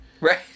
Right